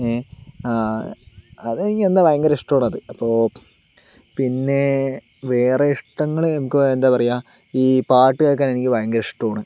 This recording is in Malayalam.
ഏഹ് ഭയങ്കര ഇഷ്ടമാണത് അപ്പോൾ പിന്നെ വേറെ ഇഷ്ടങ്ങൾ നമുക്ക് എന്താ പറയുക ഈ പാട്ട് കേൾക്കാന് എനിക്ക് ഭയങ്കര ഇഷ്ടമാണ്